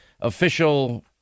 official